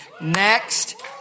Next